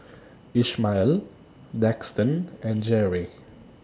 Ishmael Daxton and Jere